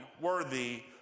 worthy